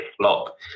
flop